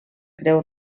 creu